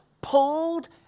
pulled